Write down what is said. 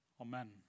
Amen